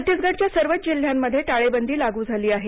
छत्तीसगडच्या सर्वच जिल्ह्यांमध्ये टाळेबंदी लागू झाली आहे